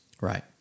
right